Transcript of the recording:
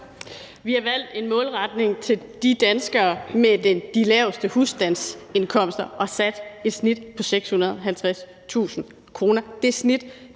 Vi har valgt en målretning til de danskere med de laveste husstandsindkomster og sat et snit på 650.000 kr.